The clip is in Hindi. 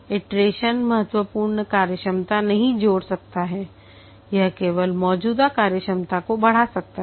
इटरेशन महत्वपूर्ण कार्यक्षमता नहीं जोड़ सकता है यह केवल मौजूदा कार्यक्षमता को बढ़ा सकता है